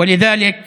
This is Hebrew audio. ולכן